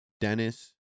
Dennis